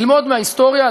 ללמוד מההיסטוריה,